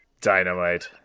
dynamite